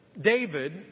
David